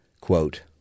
quote